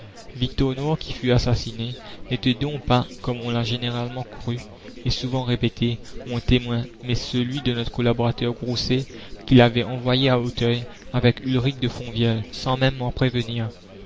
victor noir qui fut assassiné n'était donc pas comme on l'a généralement cru et souvent répété mon témoin mais celui de notre collaborateur grousset qui l'avait envoyé à auteuil avec ulrich de fonvielle sans même m'en prévenir